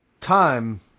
time